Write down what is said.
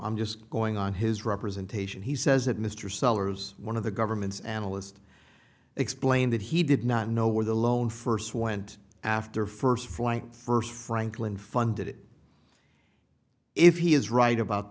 i'm just going on his representation he says that mr sellers one of the government's analyst explained that he did not know where the loan first went after first flying first franklin funded it if he is right about